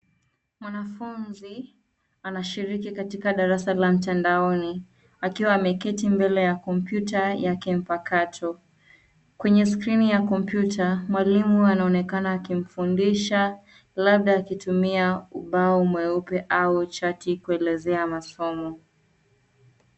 Mwanafunzi anashiriki katika darasa la mtandaoni akiwa ameketi mbele ya kompyuta yake mpakato. Kwenye skirini ya kompyuta mwalimu anaonekana akimfundisha labda akitumia ubao mweupe au chati kuelezea masomo.